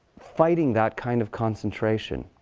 fighting that kind of concentration,